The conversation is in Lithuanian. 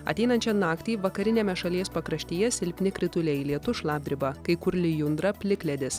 ateinančią naktį vakariniame šalies pakraštyje silpni krituliai lietus šlapdriba kai kur lijundra plikledis